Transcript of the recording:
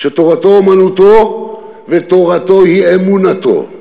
שתורתו-אומנותו ותורתו היא אמונתו,